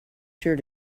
sure